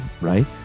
right